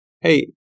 hey